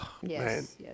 Yes